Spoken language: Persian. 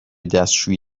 دستشویی